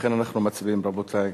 לכן אנחנו מצביעים, רבותי.